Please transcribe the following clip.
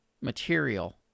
material